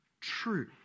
true